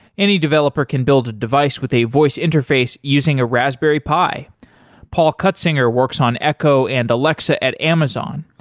any developer can build a device with a voice interface using a raspberry pi paul cutsinger works on echo and alexa at amazon.